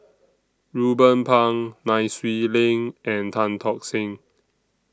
Ruben Pang Nai Swee Leng and Tan Tock Seng